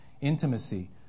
intimacy